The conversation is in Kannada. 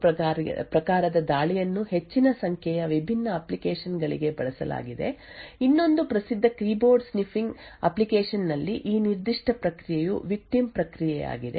ಕ್ರಿಪ್ಟೋಗ್ರಫಿಯ ಜೊತೆಗೆ ಪ್ರೈಮ್ ಮತ್ತು ಪ್ರೋಬ್ ಪ್ರಕಾರದ ದಾಳಿಯನ್ನು ಹೆಚ್ಚಿನ ಸಂಖ್ಯೆಯ ವಿಭಿನ್ನ ಅಪ್ಲಿಕೇಶನ್ ಗಳಿಗೆ ಬಳಸಲಾಗಿದೆ ಇನ್ನೊಂದು ಪ್ರಸಿದ್ಧ ಅಪ್ಲಿಕೇಶನ್ ಕೀಬೋರ್ಡ್ ಸ್ನಿಫಿಂಗ್ ಗಾಗಿ ಆದ್ದರಿಂದ ಈ ನಿರ್ದಿಷ್ಟ ಪ್ರಕ್ರಿಯೆಯು ವಿಕ್ಟಿಮ್ ಪ್ರಕ್ರಿಯೆಯಾಗಿದೆ